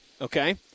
Okay